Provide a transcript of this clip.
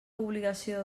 obligació